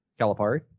Calipari